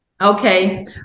Okay